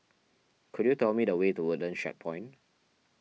could you tell me the way to Woodlands Checkpoint